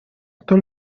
кто